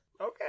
Okay